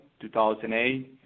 2008